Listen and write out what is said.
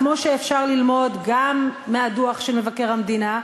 כמו שאפשר ללמוד גם מהדוח של מבקר המדינה,